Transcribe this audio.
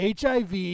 HIV